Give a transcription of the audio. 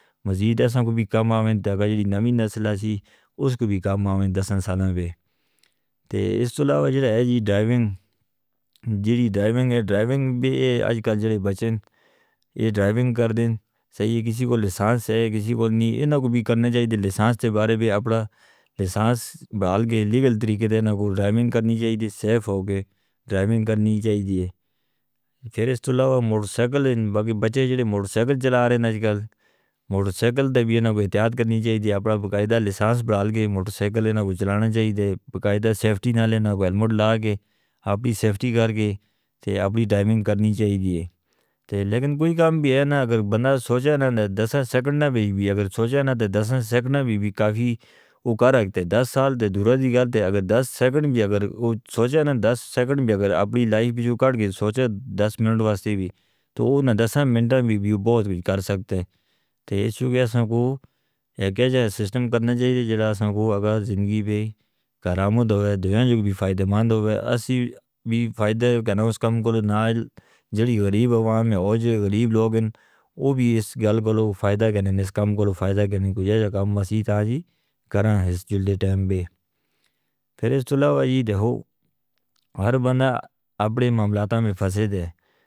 مزید ایساں کو بھی کام آویں، دسے جیڑی نیمی نسلہ سی، اس کو بھی کام آویں دس سالان دے۔ تے اس تو علاوہ جڑا ہے جی ڈرائیونگ، جیڑی ڈرائیونگ ہے، ڈرائیونگ بھی آج کل جڑے بچین، یہ ڈرائیونگ کر دیں۔ صحیح کسی کو لسانس ہے، کسی کو نہیں۔ اینوں کو بھی کرنا چاہیے تھے لسانس تے بارے بھی اپنا لسانس برال کے لیگل طریقے دے اینوں کو ڈرائیونگ کرنی چاہیے تھے سیف ہو کے، ڈرائیونگ کرنی چاہیے تھے۔ پھر اس تو علاوہ موٹر سائیکل، باقی بچے جڑے موٹر سائیکل چلا رہے ہیں آج کل، موٹر سائیکل تے بھی اینوں کو احتیاط کرنی چاہیے تھے، اپنا بقاعدہ لسانس برال کے موٹر سائیکل اینوں کو چلانا چاہیے تھے، بقاعدہ سیفٹی نہ لینا، ہلمٹ لگا کے، اپنی سیفٹی کر کے، تے اپنی ڈرائیونگ کرنی چاہیے تھے۔ لیکن کوئی کام بھی ہے نا، اگر بندہ سوچا نا، دس سیکنڈ نا، اگر سوچا نا، تے دس سیکنڈ نا بھی کافی اوکار آگئے، دس سال دے دورہ دی گال تے اگر دس سیکنڈ بھی اگر اپنی لائف وچو کٹ کے سوچا دس منٹ واسطے بھی، تو اوہ نا دس منٹاں بھی بھی بہت بھی کر سکتے۔ تے ایس چوکیا سانکھو، یہ کیجے سسٹم کرنے چاہیے جڑا سانکھو اگر زندگی بھی کراموں دوئے، دویوں جک بھی فائدہ مند ہوئے، اس بھی فائدہ ہو کہ نہ اس کام کول نال جڑی غریب عوام ہیں، اوہ جڑی غریب لوگ ہیں، وہ بھی اس گال کولوں فائدہ گنگے، اس کام کولوں فائدہ گنگے، جیہاں جکام وسیط آجی کرن ہیں اس جڑے ٹیم بھی۔ پھر اس تو علاوہ جی دیکھو، ہر بندہ اپنے معاملاتاں میں فسہ دے.